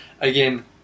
again